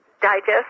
Digest